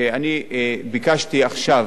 בישיבה האחרונה לקראת תקציב 2013,